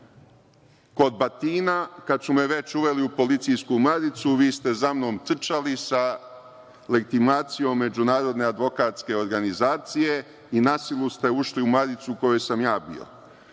kod Batina, kad su me već uveli u policijsku „maricu“, vi ste za mnom trčali sa legitimacijom Međunarodne advokatske organizacije i na silu ste ušli u „maricu“ u kojoj sam ja bio.